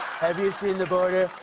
have you seen the border?